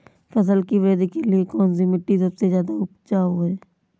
फसल की वृद्धि के लिए कौनसी मिट्टी सबसे ज्यादा उपजाऊ है?